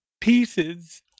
pieces